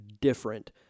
different